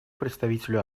представителю